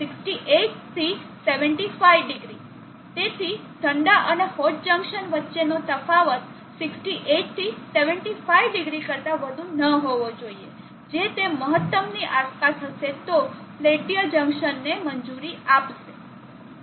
68 થી 75o તેથી ઠંડા અને હોટ જંકશન વચ્ચેનો તફાવત 68 થી 75o કરતા વધુ ન હોવો જોઈએ જે તે મહત્તમની આસપાસ હશે તો પેલ્ટીયર જંકશનને મંજૂરી આપશે